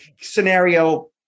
scenario